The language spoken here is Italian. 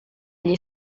gli